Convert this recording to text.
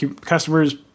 customers